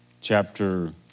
chapter